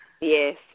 yes